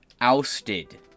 ousted